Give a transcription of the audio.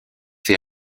fait